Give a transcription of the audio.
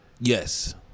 yes